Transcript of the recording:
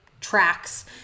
tracks